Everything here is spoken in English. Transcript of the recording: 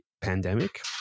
pandemic